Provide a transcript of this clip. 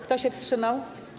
Kto się wstrzymał?